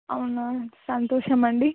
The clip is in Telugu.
అవునా సంతోషమండి